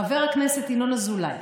חבר הכנסת ינון אזולאי,